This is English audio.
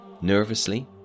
Nervously